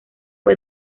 fue